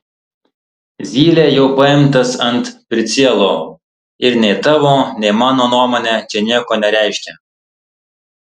zylė jau paimtas ant pricielo ir nei tavo nei mano nuomonė čia nieko nereiškia